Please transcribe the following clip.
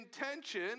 intention